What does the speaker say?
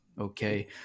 okay